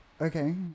okay